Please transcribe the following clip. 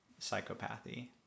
Psychopathy